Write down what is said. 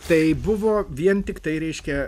tai buvo vien tiktai reiškia